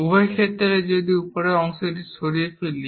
উভয় ক্ষেত্রেই যদি আমরা উপরের অংশটি সরিয়ে ফেলি